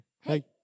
Hey